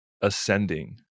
ascending